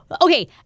Okay